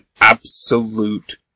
absolute